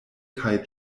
kaj